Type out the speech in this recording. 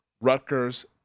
Rutgers